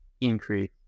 increase